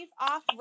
off